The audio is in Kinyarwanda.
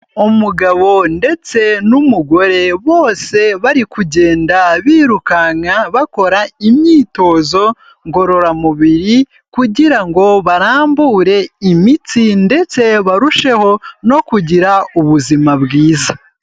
Umugabo ndetse n'umugore bose bari kugenda birukanka bakora imyitozo ngororamubiri, kugira ngo barambure imitsi ndetse barusheho no kugira ubuzima bwiza.